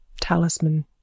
talisman